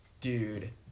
dude